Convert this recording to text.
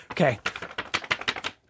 Okay